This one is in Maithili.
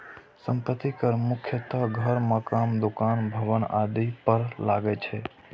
संपत्ति कर मुख्यतः घर, मकान, दुकान, भवन आदि पर लागै छै